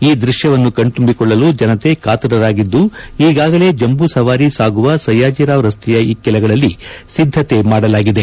ಈ ದೃಶ್ಯವನ್ನು ಕಣ್ತುಂಬಿಕೊಳ್ಳಲು ಜನತೆ ಕಾತರರಾಗಿದ್ದು ಈಗಾಗಲೇ ಜಂಬೂಸವಾರಿ ಸಾಗುವ ಸಯ್ಯಾಜಿರಾವ್ ರಸ್ತೆಯ ಇಕ್ಕೆಲಗಳಲ್ಲಿ ಸಿದ್ದತೆ ಮಾಡಲಾಗಿದೆ